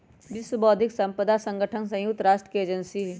विश्व बौद्धिक साम्पदा संगठन संयुक्त राष्ट्र के एजेंसी हई